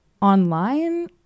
online